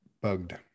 bugged